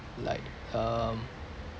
like um